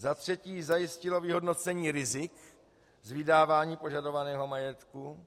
Za třetí zajistilo vyhodnocení rizik z vydávání požadovaného majetku.